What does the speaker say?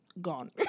gone